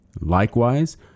Likewise